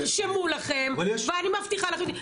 תרשמו לכן ואני מבטיחה לתת לכן לשאול אחר כך.